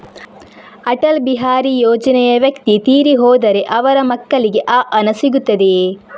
ಅಟಲ್ ಬಿಹಾರಿ ಯೋಜನೆಯ ವ್ಯಕ್ತಿ ತೀರಿ ಹೋದರೆ ಅವರ ಮಕ್ಕಳಿಗೆ ಆ ಹಣ ಸಿಗುತ್ತದೆಯೇ?